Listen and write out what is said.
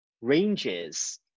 ranges